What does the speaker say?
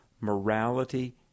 morality